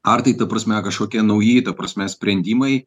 ar tai ta prasme kažkokie nauji ta prasme sprendimai